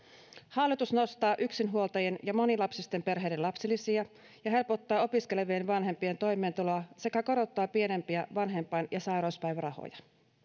hallitus nostaa yksinhuoltajien ja monilapsisten perheiden lapsilisiä ja helpottaa opiskelevien vanhempien toimeentuloa sekä korottaa pienimpiä vanhempain ja sairauspäivärahoja